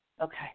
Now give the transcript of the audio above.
Okay